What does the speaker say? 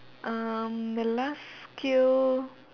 um the last skill